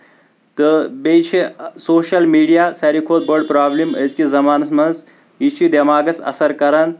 تہٕ بیٚیہِ چھ سوشل میٖڈیا سارِوٕے کھۄتہٕ بٔڑ بروبلِم أزکِس زَمانس منٛز یہِ چھِ دٮ۪ماغس اَثر کران